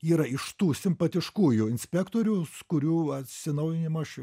yra iš tų simpatiškųjų inspektorius kurių atsinaujinimo aš